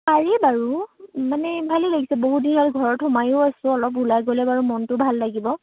পাৰি বাৰু মানে আমনি লাগিছে বহুদিন হ'ল ঘৰত সোমায়ো আছোঁ অলপ ওলাই গ'লে বাৰু মনটো ভাল লাগিব